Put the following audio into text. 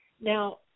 Now